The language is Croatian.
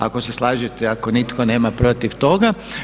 Ako se slažete, ako nitko nema protiv toga.